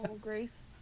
Grace